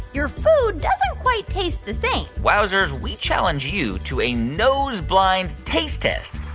your food doesn't quite taste the same wowzers, we challenge you to a nose-blind taste test.